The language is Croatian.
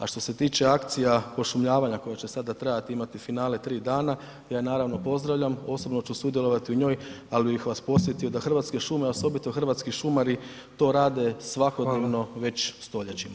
A što se tiče akcija pošumljavanja koja će sada trajati, imate finale 3 dana, ja naravno pozdravljam osobno ću sudjelovati u njoj ali bih vas podsjetio da Hrvatske šume osobito hrvatski šumari to rade svakodnevno već stoljećima.